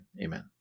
amen